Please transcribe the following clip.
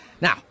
Now